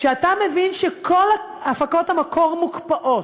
כשאתה מבין שכל הפקות המקור מוקפאות,